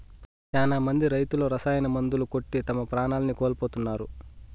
శ్యానా మంది రైతులు రసాయన మందులు కొట్టి తమ ప్రాణాల్ని కోల్పోతున్నారు